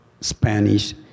Spanish